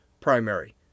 primary